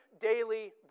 daily